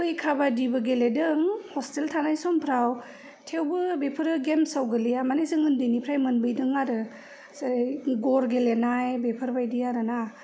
खोइ खाबादिबो गेलेदों हस्टेल थानाय समफ्राव थेवबो बेफोरो गेम्सआव गोलैया माने जों ओन्दैनिफ्रोय मोनबोइदों आरो जेरै गर गेलेनाय बेफोरबायदि आरोना